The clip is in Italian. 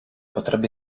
potrebbe